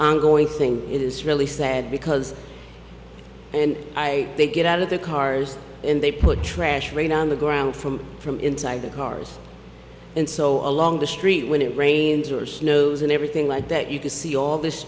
ongoing thing it is really sad because and i they get out of their cars and they put trash rain on the ground from from inside the cars and so along the street when it rains or snows and everything like that you can see all this